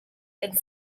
kan